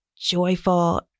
joyful